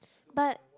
but